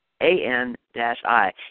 a-n-dash-i